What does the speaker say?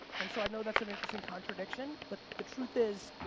and so i know that's an interesting contradiction, but the truth is,